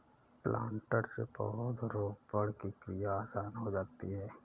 planter से पौधरोपण की क्रिया आसान हो जाती है